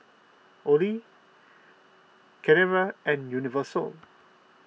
Olay Carrera and Universal